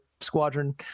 squadron